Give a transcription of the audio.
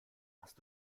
hast